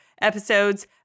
episodes